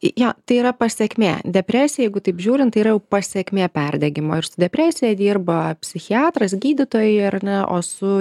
jo tai yra pasekmė depresija jeigu taip žiūrint tai yra jau pasekmė perdegimo ir su depresija dirba psichiatras gydytojai ar ne o su